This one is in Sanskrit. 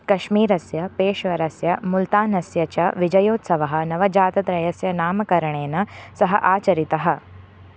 कश्मीरस्य पेश्वरस्य मुल्तानस्य च विजयोत्सवः नवजातत्रयस्य नामकरणेन सह आचरितः